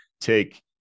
take